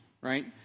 right